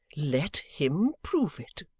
let him prove it.